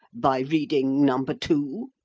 by reading number two?